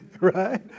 Right